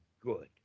good